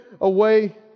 away